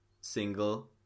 single